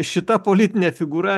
šita politinė figūra